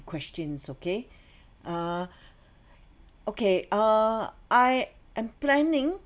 questions okay uh okay uh I am planning